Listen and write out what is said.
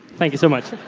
thank you so much.